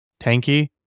Tanky